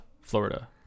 Florida